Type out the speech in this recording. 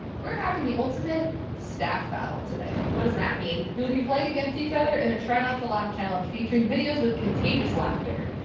we're having the ultimate staff battle today. what does that mean? you'll be playing against each other in a try not to laugh challenge featuring videos with contagious laughter.